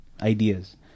ideas